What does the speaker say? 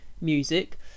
music